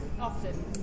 Often